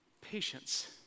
patience